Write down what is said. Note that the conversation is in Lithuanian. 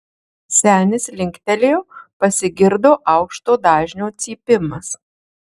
senis linktelėjo pasigirdo aukšto dažnio cypimas